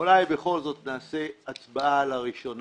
אולי בכל זאת נעשה הצבעה על הראשונה